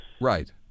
right